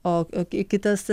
o kitas